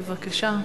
בבקשה.